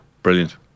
brilliant